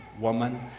woman